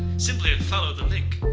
simply and follow the link.